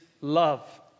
love